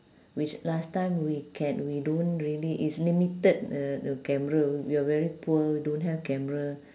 which last time we can we don't really it's limited uh the camera we are very poor don't have camera